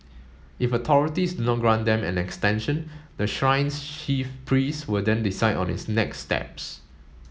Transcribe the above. if authorities do not grant them an extension the shrine's chief priest will then decide on its next steps